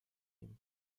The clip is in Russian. ним